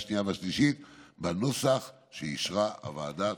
השנייה והשלישית בנוסח שאישרה הוועדה.